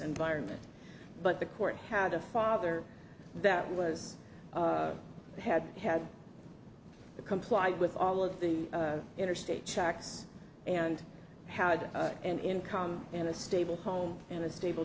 environment but the court had a father that was had had to comply with all of the interstate checks and had an income and a stable home and a stable